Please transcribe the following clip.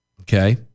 Okay